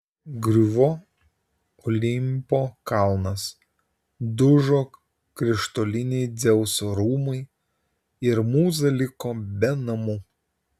griuvo olimpo kalnas dužo krištoliniai dzeuso rūmai ir mūza liko be namų